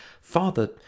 Father